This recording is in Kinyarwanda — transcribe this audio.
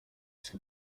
ese